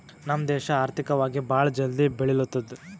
ನಮ್ ದೇಶ ಆರ್ಥಿಕವಾಗಿ ಭಾಳ ಜಲ್ದಿ ಬೆಳಿಲತ್ತದ್